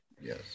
Yes